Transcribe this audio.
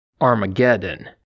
Armageddon